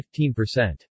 15%